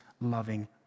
loving